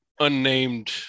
unnamed